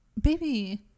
Baby